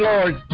Lord